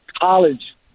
college